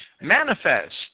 Manifest